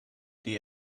die